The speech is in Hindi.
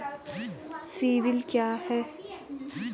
सिबिल क्या है?